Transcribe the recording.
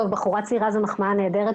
בחורה צעירה זו מחמאה נהדרת.